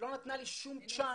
שלא נתנה לי שום צ'אנס.